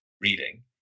reading